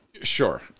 Sure